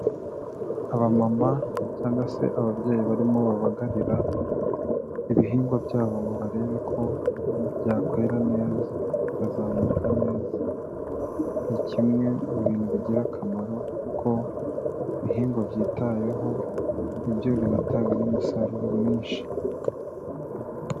Abamama cyangwa se ababyeyi barimo babagarira, ibihingwa byabo ngo barebe ko, byakwera neza. Bikazamuka neza. ni kimwe mu bintu bigira akamaro, kuko ibihingwa byitayeho, nibyo binatanga n'umusaruro mwinshi.